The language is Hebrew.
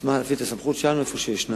נשמח להפעיל את הסמכות שלנו, איפה שיש.